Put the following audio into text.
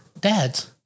dads